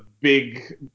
big